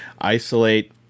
isolate